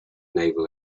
naval